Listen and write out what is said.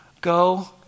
Go